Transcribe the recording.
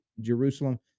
Jerusalem